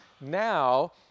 now